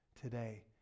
today